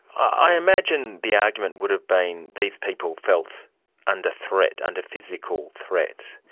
i imagine the argument would have been these people felt under threat, under physical threat.